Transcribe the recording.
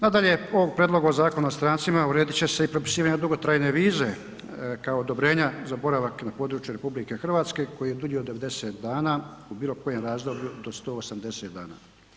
Nadalje, ovim prijedlogom Zakona o strancima uredit će se i propisivanje dugotrajne vize kao odobrenja za boravak na području RH koji je dulji od 90 dana u bilo kojem razdoblju do 180 dana.